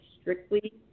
strictly